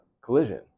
collision